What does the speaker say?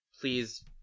please